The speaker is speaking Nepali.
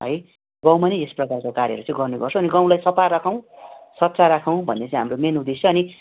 है गाउँमा नै यस प्रकारको कार्यहरू चाहिँ गर्ने गर्छौँ अनि गाउँलाई सफा राखौँ स्वच्छ राखौँ भन्ने चाहिँ हाम्रो मेन उद्देश्य अनि